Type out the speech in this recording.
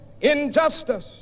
injustice